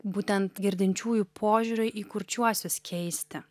būtent girdinčiųjų požiūriui į kurčiuosius keisti